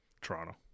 Toronto